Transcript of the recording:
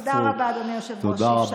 תודה רבה, אדוני היושב-ראש, שאפשרת לי.